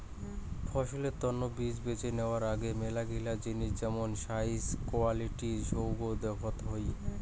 ফসলের তন্ন বীজ বেছে নেওয়ার আগে মেলাগিলা জিনিস যেমন সাইজ, কোয়ালিটি সৌগ দেখত হই